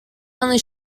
only